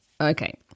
Okay